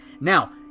Now